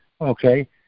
okay